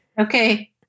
Okay